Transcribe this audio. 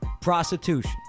prostitution